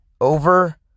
over